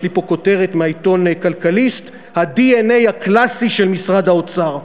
יש לי פה כותרת מהעיתון "כלכליסט": "הדנ"א הקלאסי של משרד האוצר".